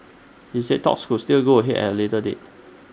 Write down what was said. he said talks could still go ahead at A later date